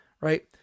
right